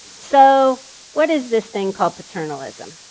so what is this thing called paternalism?